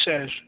says